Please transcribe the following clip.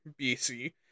BC